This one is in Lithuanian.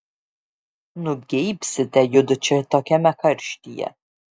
nugeibsite judu čia tokiame karštyje